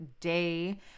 day